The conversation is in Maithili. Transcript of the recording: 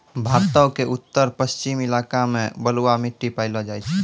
भारतो के उत्तर पश्चिम इलाका मे बलुआ मट्टी पायलो जाय छै